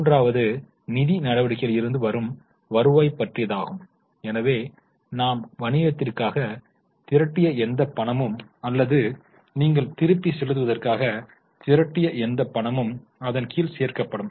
மூன்றாவது நிதி நடவடிக்கைகளில் இருந்து வரும் வருவாய் பற்றியதாகும் எனவே நாம் வணிகத்திற்காக திரட்டிய எந்தப் பணமும் அல்லது நீங்கள் திருப்பிச் செலுத்துவதற்காக திரட்டிய எந்தப் பணமும் அதன் கீழ் சேர்க்கப்படும்